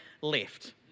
left